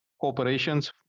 corporations